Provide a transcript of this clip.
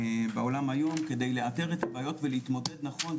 היום כדי לאתר את הבעיות ולהתמודד נכון,